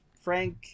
Frank